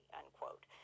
unquote